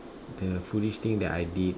the foolish thing that I did